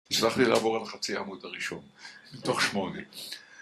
הצלחתי לעבור על חצי העמוד הראשון מתוך שמונה